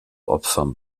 opfern